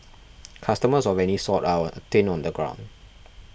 customers of any sort are thin on the ground